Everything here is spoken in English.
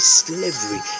slavery